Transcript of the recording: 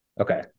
Okay